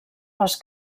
les